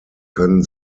können